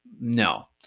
No